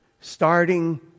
starting